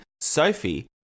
Sophie